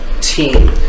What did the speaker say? team